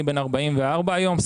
אני בן 44 היום.